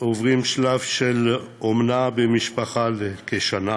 עוברים שלב של אומנה במשפחה כשנה,